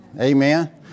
Amen